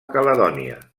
caledònia